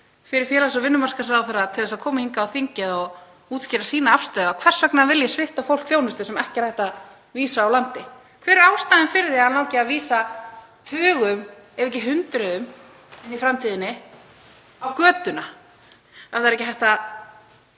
fyrir félags- og vinnumarkaðsráðherra til þess að koma hingað í þingið og útskýra afstöðu sína og hvers vegna hann vilji svipta fólk þjónustu sem ekki er hægt að vísa úr landi. Hver er ástæðan fyrir því að hann langar að vísa tugum ef ekki hundruðum inni í framtíðinni á götuna, ef það er ekki hægt að